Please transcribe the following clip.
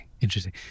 Interesting